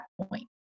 point